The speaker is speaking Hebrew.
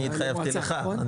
אני התחייבתי לך.